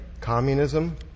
communism